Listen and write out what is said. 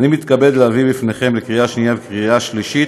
אני מתכבד להביא בפניכם לקריאה שנייה ולקריאה שלישית